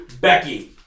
Becky